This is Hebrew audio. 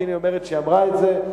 ואם היא אומרת שהיא אמרה את זה,